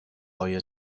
های